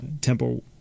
Temple